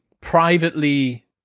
privately